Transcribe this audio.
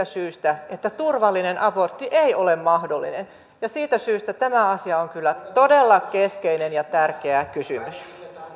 syystä että turvallinen abortti ei ole mahdollinen ja siitä syystä tämä asia on kyllä todella keskeinen ja tärkeä kysymys